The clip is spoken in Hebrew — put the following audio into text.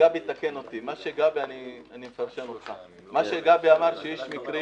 יתקן אותי אני מפרשן אותך הוא אמר שיש מקרים